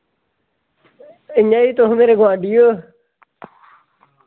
नेईं तुस मेरे गोआंढी ओ